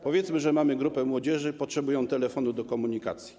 Powiedzmy, że mamy grupę młodzieży i ona potrzebuje telefonów do komunikacji.